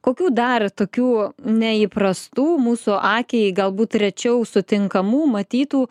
kokių dar tokių neįprastų mūsų akiai galbūt rečiau sutinkamų matytų